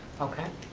okay.